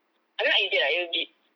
I mean not easier lah it will be